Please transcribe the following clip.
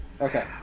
Okay